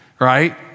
Right